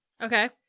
okay